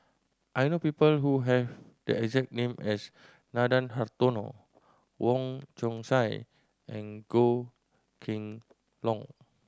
I know people who have the exact name as Nathan Hartono Wong Chong Sai and Goh Kheng Long